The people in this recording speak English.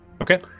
Okay